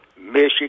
Michigan